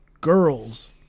girls